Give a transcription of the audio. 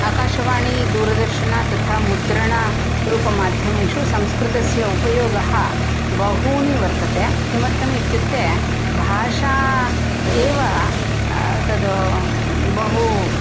आकाशवाणी दूरदर्शन तथा मुद्रण रूपमाध्यमेषु संस्कृतस्य उपयोगः बहूनि वर्तते किमर्थम् इत्युक्ते भाषा एव तत् बहु